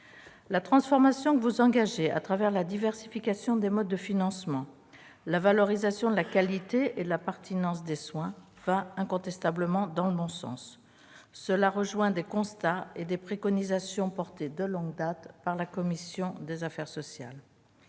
La transformation que vous engagez, à travers la diversification des modes de financement, la valorisation de la qualité et de la pertinence des soins, va incontestablement dans le bon sens. Cela rejoint des constats et des préconisations portés de longue date par la commission des affaires sociales.